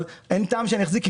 אבל אין טעם שאני אחזיק,